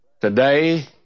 today